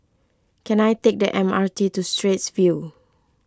can I take the M R T to Straits View